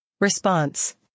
Response